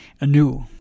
anew